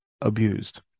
abused